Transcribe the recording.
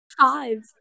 five